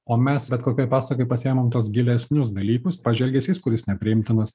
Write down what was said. o mes bet kokioj pasakoj psiemam tuos gilesnius dalykus pavyzdžiui elgesys kuris nepriimtinas